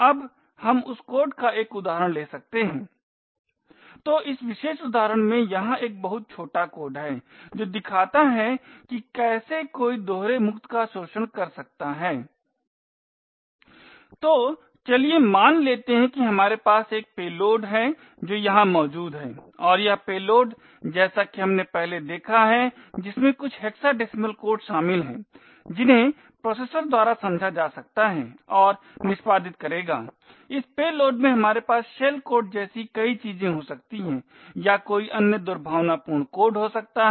अब हम उस कोड का एक उदाहरण ले सकते हैं तो इस विशेष उदाहरण में यहाँ एक बहुत छोटा कोड है जो दिखाता है कि कैसे कोई दोहरे मुक्त का शोषण कर सकता है तो चलिए मान लेते हैं कि हमारे पास एक पेलोड है जो यहाँ मौजूद है और यह पेलोड जैसा कि हमने पहले देखा है जिसमें कुछ हेक्साडेसिमल कोड शामिल हैं जिन्हें प्रोसेसर द्वारा समझा जा सकता है और निष्पादित करेगा इस पेलोड में हमारे पास शेल कोड जैसी कई चीजें हो सकती हैं या कोई अन्य दुर्भावनापूर्ण कोड हो सकती हैं